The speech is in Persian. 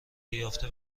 یافته